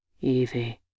Evie